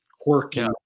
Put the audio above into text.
quirky